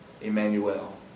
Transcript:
Emmanuel